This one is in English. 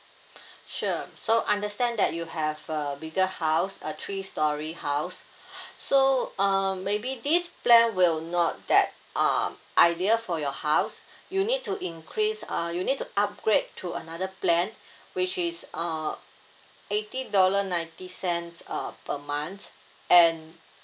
sure so understand that you have a bigger house a three storey house so uh maybe this plan will not that uh ideal for your house you need to increase uh you need to upgrade to another plan which is uh eighty dollar ninety cents uh per month and